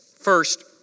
First